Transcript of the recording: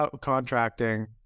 contracting